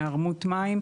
היערמות מים,